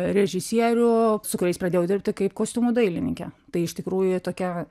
režisierių su kuriais pradėjau dirbti kaip kostiumų dailininkė tai iš tikrųjų tokia